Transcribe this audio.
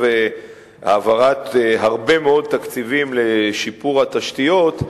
העברה של הרבה מאוד תקציבים לשיפור התשתיות,